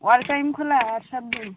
all time খোলা সব দিন